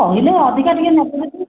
କହିଲେ ଅଧିକା ଟିକେ ନେବେ ଯଦି